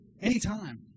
anytime